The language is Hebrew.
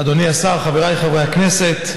אדוני השר, חבריי חברי הכנסת,